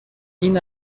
این